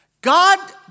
God